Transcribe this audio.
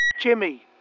Jimmy